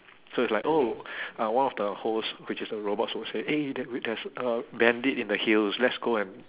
so it's like oh uh one of the hosts which is the robots will say eh there wi~ there's a bandit in the hills let's go and